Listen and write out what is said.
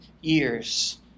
years